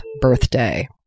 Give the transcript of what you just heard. birthday